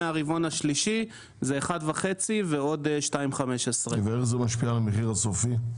מהרבעון השלישי זה אחד וחצי ועוד 2.15. ואיך זה משפיע על המחיר הסופי?